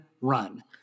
run